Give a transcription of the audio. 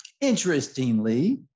interestingly